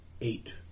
eight